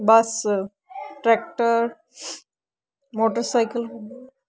bus tractor motorcycle